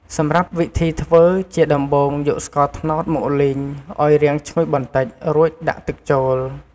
សម្រាប់វិធីធ្វើ ជាដំបូង យកស្ករត្នោតមកលីង ឱ្យរាងឈ្ងុយបន្តិច រួចដាក់ទឹកចូល។